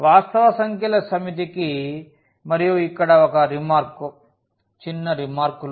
వాస్తవ సంఖ్యల సమితి కి మరియు ఇక్కడ ఒక రిమార్క్ చిన్న రిమార్కులు